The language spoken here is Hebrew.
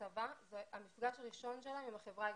הצבא זה המפגש הראשון שלהם עם החברה הישראלית.